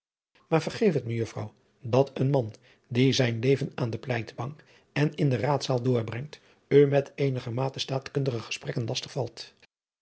maar vergeef het mejuffrouw dat een man die zijn leven aan de pleitbank en in de raadzaal doorbrengt u met eenigermate staatkundige gesprekken lastig valt